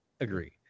agree